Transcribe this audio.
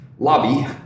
lobby